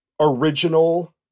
original